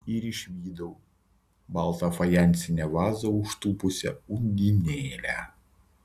ir išvydau baltą fajansinę vazą užtūpusią undinėlę